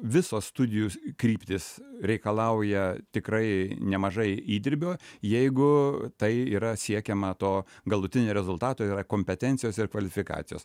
visos studijų kryptys reikalauja tikrai nemažai įdirbio jeigu tai yra siekiama to galutinio rezultato yra kompetencijos ir kvalifikacijos